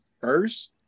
first